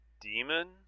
demon